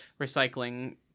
recycling